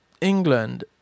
England